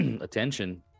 attention